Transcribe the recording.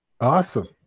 awesome